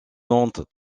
nantes